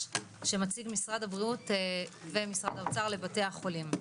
שמציגים משרד הבריאות ומשרד האוצר לבתי החולים.